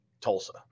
tulsa